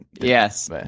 Yes